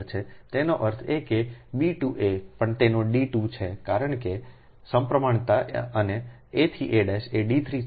તેનો અર્થ એ કે b ટુ a પણ તેનો d2 છે કારણ કે સપ્રમાણતા અને a થી a એ d3 છે